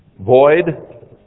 void